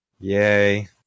Yay